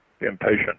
impatient